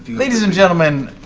ladies and gentlemen,